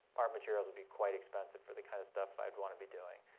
art materials would be quite expensive for the kind of stuff i'd want to be doing.